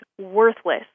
worthless